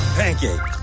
pancake